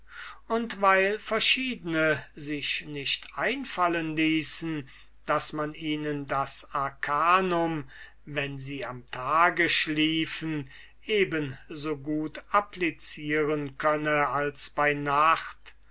und weil verschiedene sich nicht einfallen ließen daß man ihnen das arcanum wenn sie unter tages schliefen eben so gut applicieren könne als bei nacht